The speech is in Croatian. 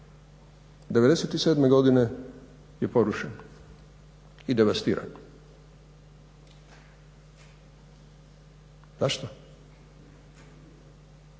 '97. godine je porušen i devastiran. Zašto?